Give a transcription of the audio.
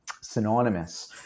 synonymous